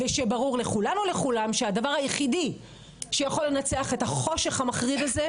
ושברור לכולנו ולכולם שהדבר היחידי שיכול לנצח את החושך המחריד הזה,